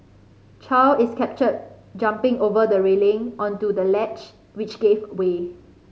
Chow is captured jumping over the railing onto the ledge which gave way